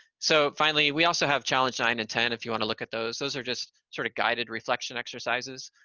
so finally, we also have challenge nine and ten, if you want look at those. those are just sort of guided reflection exercises.